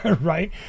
right